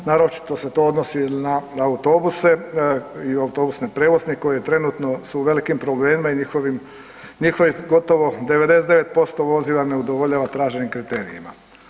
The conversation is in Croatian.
Naročito se to odnosi na autobuse i autobusne prijevoznike koji trenutno su u velikim problemima i njihovih gotovo 99% vozila ne udovoljava traženim kriterijima.